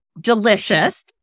delicious